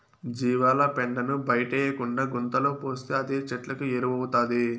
జీవాల పెండను బయటేయకుండా గుంతలో పోస్తే అదే చెట్లకు ఎరువౌతాది